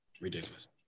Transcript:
Ridiculous